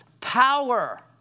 power